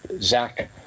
Zach